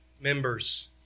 members